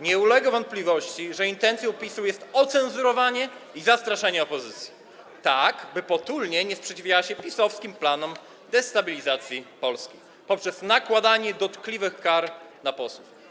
Nie ulega wątpliwości, że intencją PiS-u jest ocenzurowanie i zastraszanie opozycji, tak aby potulnie nie sprzeciwiała się PiS-owskim planom destabilizacji Polski, poprzez nakładanie dotkliwych kar na posłów.